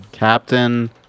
Captain